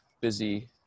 busy